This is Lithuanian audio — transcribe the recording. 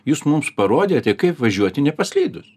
jūs mums parodėte kaip važiuoti nepaslydus